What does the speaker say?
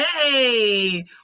Hey